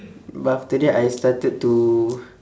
but after that I started to